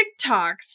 TikToks